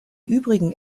übrigen